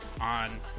on